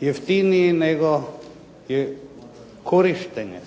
jeftiniji, nego je